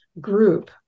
group